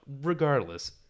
Regardless